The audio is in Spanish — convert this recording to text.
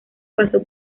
pasó